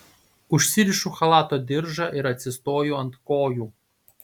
užsirišu chalato diržą ir atsistoju ant kojų